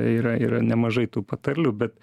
yra yra nemažai tų patarlių bet